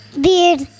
Beard